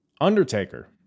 Undertaker